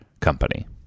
company